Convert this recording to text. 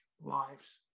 lives